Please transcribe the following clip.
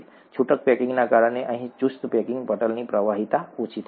છૂટક પેકિંગને કારણે અહીં ચુસ્ત પેકિંગ પટલની પ્રવાહીતા ઓછી થઈ જશે